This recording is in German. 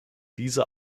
diese